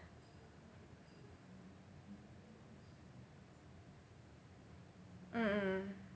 mmhmm